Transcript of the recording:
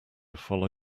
follow